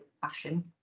fashion